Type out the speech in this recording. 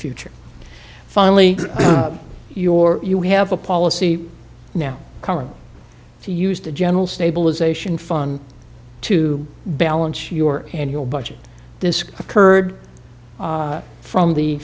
future finally your you have a policy now current if you used the general stabilization fund to balance your annual budget this occurred from the